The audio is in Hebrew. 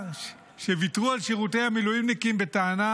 שוויתרו על שירותי המילואימניקים בטענה